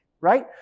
right